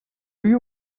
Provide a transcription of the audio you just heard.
you